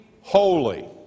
holy